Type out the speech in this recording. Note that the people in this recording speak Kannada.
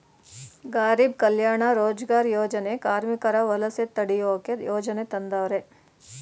ಗಾರೀಬ್ ಕಲ್ಯಾಣ ರೋಜಗಾರ್ ಯೋಜನೆ ಕಾರ್ಮಿಕರ ವಲಸೆ ತಡಿಯೋಕೆ ಯೋಜನೆ ತಂದವರೆ